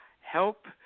help